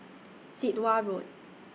Sit Wah Road